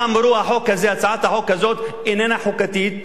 חמישה אמרו: הצעת החוק הזאת איננה חוקתית,